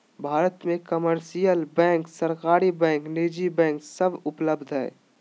भारत मे commercial bank, सरकारी bank, निजी बैंक सब उपलब्ध हय